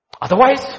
Otherwise